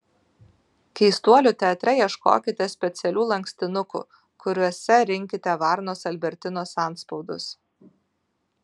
keistuolių teatre ieškokite specialių lankstinukų kuriuose rinkite varnos albertinos antspaudus